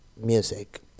music